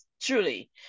truly